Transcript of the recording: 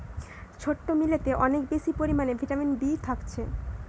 ছোট্ট মিলেতে অনেক বেশি পরিমাণে ভিটামিন বি থাকছে